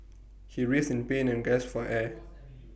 he writhed in pain and gasped for air